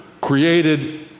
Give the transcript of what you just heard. created